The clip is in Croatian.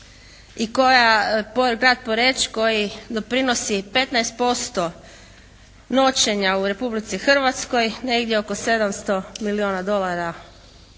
grad Poreč koji doprinosi 15% noćenja u Republici Hrvatske negdje oko 700 milijuna dolara